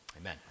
Amen